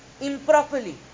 improperly